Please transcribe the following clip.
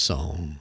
Song